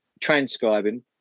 transcribing